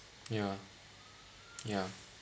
yeah yeah